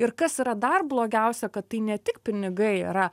ir kas yra dar blogiausia kad tai ne tik pinigai yra